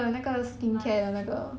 oh ya hor